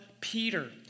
Peter